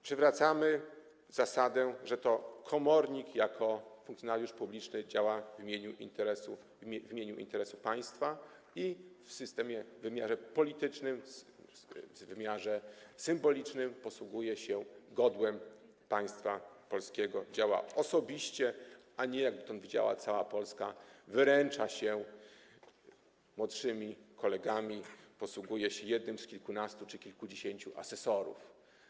Przywracamy zasadę, że to komornik jako funkcjonariusz publiczny działa w imieniu interesu państwa i w systemie w wymiarze politycznym, w wymiarze symbolicznym posługuje się godłem państwa polskiego; działa osobiście, a nie, jak dotąd widziała cała Polska, wyręcza się młodszymi kolegami, posługuje się jednym z kilkunastu czy kilkudziesięciu asesorów.